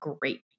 great